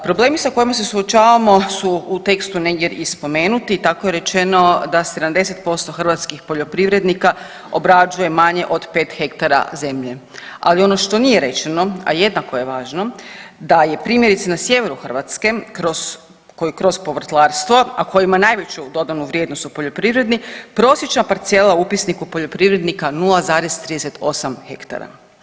Problemi sa kojima se suočavamo su u tekstu negdje i spomenuti, tako je rečeno da 70% hrvatskih poljoprivrednika obrađuje manje od 5 hektara zemlje, ali ono što nije rečeno, a jednako je važno, da je primjerice na sjeveru Hrvatske kroz, koji kroz povrtlarstvo, a koji ima najveću dodanu vrijednost u poljoprivredi prosječna parcela u upisniku poljoprivrednika 0,38 hektara.